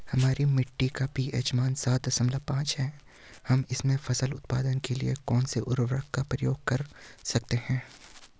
हमारी मिट्टी का पी.एच मान सात दशमलव पांच है हम इसमें फसल उत्पादन के लिए कौन से उर्वरक का प्रयोग कर सकते हैं?